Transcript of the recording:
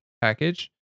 package